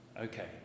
Okay